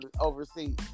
overseas